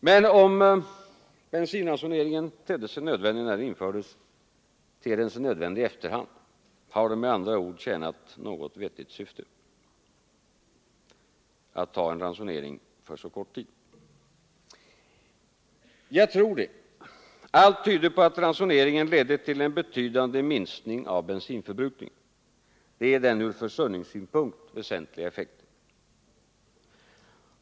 Men om bensinransoneringen tedde sig nödvändig när den infördes, framstår den som nödvändig i efterhand? Har det med andra ord tjänat något vettigt syfte att ha en ransonering för så kort tid? Jag tror det. Allt tyder på att ransoneringen ledde till en betydande minskning av bensinförbrukningen. Det är den ur försörjningssynpunkt väsentliga effekten.